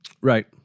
Right